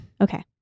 Okay